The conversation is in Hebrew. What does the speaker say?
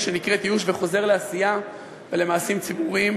שנקראת ייאוש וחוזר לעשייה ולמעשים ציבוריים,